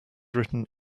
written